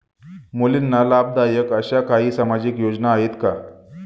मुलींना लाभदायक अशा काही सामाजिक योजना आहेत का?